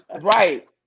Right